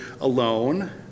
alone